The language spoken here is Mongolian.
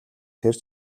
тэр